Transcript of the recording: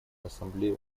ассамблею